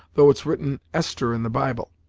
though it's written esther in the bible.